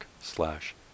slash